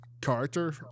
character